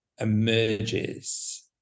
emerges